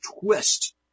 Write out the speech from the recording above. twist